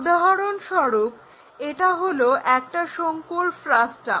উদাহরণস্বরূপ এটা হলো একটা শঙ্কুর ফ্রাস্টাম